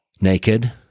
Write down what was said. naked